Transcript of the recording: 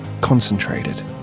concentrated